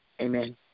amen